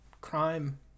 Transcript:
crime